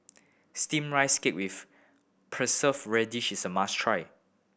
steam rice cake with preserve radish is a must try